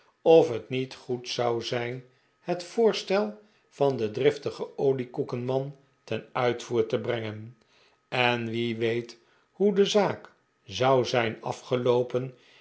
of het niet goed zou zijn het voorstel van den driftigen oliekoekenman ten uitvoer te brengen en wie weet hoe de zaak zou zijn afgeloopen